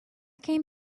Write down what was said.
came